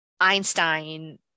einstein